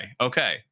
okay